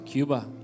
Cuba